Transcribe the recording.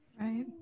Right